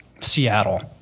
Seattle